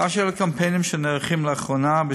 באשר לקמפיינים שנערכים לאחרונה,